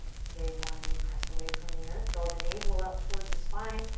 and day one. we press away from the earth. draw the navel up towards the spine.